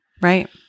right